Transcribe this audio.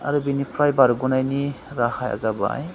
आरो बिनिफ्राय बरगनायनि राहाया जाबाय